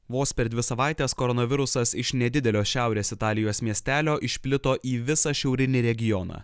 vos per dvi savaites koronavirusas iš nedidelio šiaurės italijos miestelio išplito į visą šiaurinį regioną